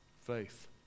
Faith